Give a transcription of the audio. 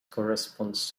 corresponds